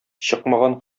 чыкмаган